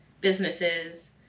businesses